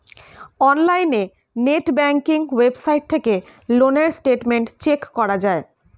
অনলাইনে net banking website থেকে loan এর স্টেটমেন্ট চেক করা যায়